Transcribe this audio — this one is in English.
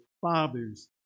fathers